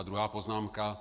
A druhá poznámka.